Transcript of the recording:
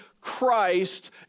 Christ